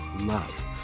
love